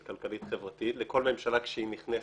אסטרטגית-כלכלית-חברתית לכל ממשלה כשהיא נכנסת,